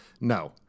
No